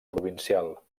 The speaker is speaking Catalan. provincial